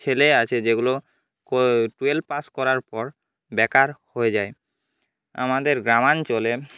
ছেলে আছে যেগুলো টুয়েল্ভ পাশ করার পর বেকার হয়ে যায় আমাদের গ্রামাঞ্চলে